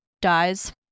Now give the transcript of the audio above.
dies